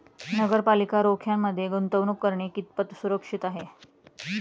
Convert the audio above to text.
नगरपालिका रोख्यांमध्ये गुंतवणूक करणे कितपत सुरक्षित आहे?